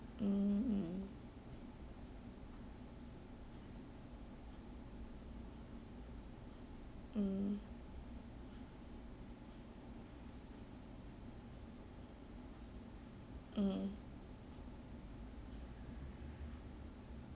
mm mm mm